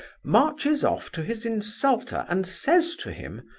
marches off to his insulter and says to him,